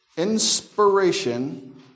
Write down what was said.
inspiration